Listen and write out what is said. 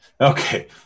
Okay